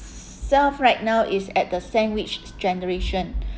self right now is at the sandwiched generation